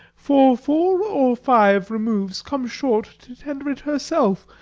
for four or five removes, come short to tender it herself.